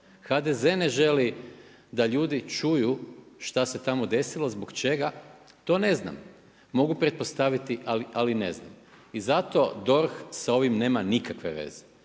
HDZ ne želi da ljudi čuju šta se tamo desilo, zbog čega, to ne znam. Mogu pretpostaviti ali ne znam i zato DORH s ovim nema nikakve veze.